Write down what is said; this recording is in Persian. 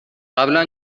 قبلا